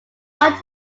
one